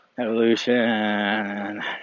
Evolution